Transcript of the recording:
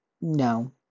No